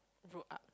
fruit art